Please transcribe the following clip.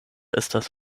estas